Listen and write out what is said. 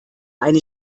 eine